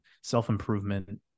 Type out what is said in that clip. self-improvement